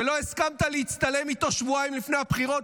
שלא הסכמת להצטלם איתו שבועיים לפני הבחירות,